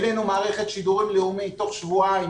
העלינו מערכת שידורים לאומית תוך שבועיים,